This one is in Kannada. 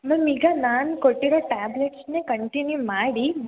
ಮ್ಯಾಮ್ ಈಗ ನಾನು ಕೊಟ್ಟಿರೊ ಟ್ಯಾಬ್ಲೆಟ್ಸನ್ನೇ ಕಂಟಿನ್ಯೂ ಮಾಡಿ